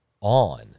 on